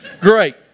Great